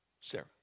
Sarah